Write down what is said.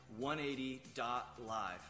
180.live